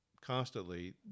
constantly